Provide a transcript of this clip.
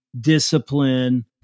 discipline